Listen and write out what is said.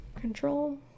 control